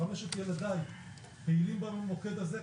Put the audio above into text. חמשת ילדיי פעילים במוקד הזה,